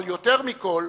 אבל יותר מכול,